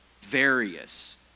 various